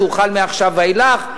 שחל מעכשיו ואילך,